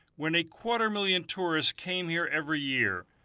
when a quarter million tourists came here every year.